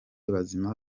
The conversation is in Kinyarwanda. bazima